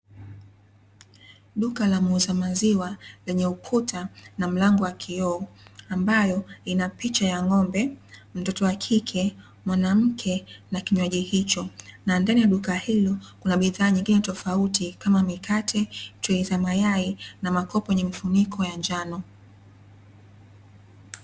Duka la muuza maziwa lenye ukuta na mlango wa kioo ambayo ina picha ya ng'ombe, mtoto wa kike, mwanamke na kinywaji hicho na ndani ya duka hilo kuna bidhaa nyingine tofauti kama mikate, trei za mayai na makopo yenye mifuniko ya njano.